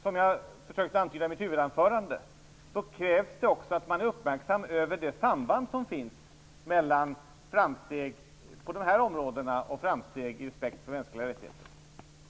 Som jag försökte säga i mitt huvudanförande måste man också vara uppmärksam på det samband som finns mellan framsteg på de här områdena och framsteg i respekten för mänskliga rättigheter.